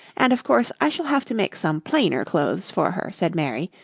and, of course, i shall have to make some plainer clothes for her, said mary,